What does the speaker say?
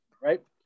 right